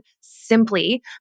simply